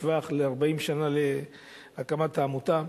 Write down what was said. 40 שנה להקמת העמותה.